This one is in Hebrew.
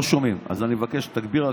לא שומעים, אז אני מבקש שתגביר.